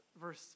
verse